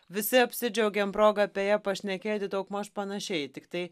visi apsidžiaugėm proga apie ją pašnekėti daugmaž panašiai tiktai